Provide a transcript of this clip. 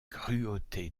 cruauté